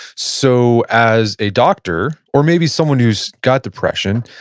so as a doctor, or maybe someone who's got depression,